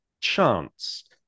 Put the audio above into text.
chance